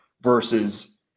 versus